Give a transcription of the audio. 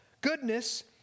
goodness